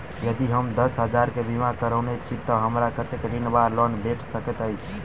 यदि हम दस हजार केँ बीमा करौने छीयै तऽ हमरा कत्तेक ऋण वा लोन भेट सकैत अछि?